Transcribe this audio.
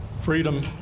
freedom